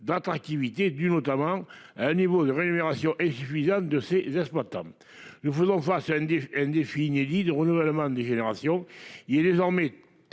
d'attractivité du notamment à un niveau de rémunération est suffisante de ses exploitants. Nous faisons face à une un défi inédit de renouvellement des générations. Il est désormais